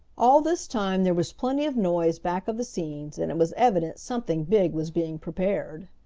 all this time there was plenty of noise back of the scenes, and it was evident something big was being prepared.